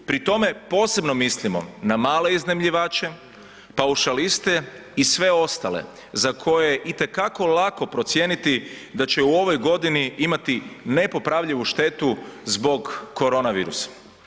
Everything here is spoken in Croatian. Pri tome posebno mislimo na male iznajmljivače, paušaliste i sve ostale za koje je i te kako lako procijeniti da će u ovoj godini imati nepopravljivu štetu zbog korona virusa.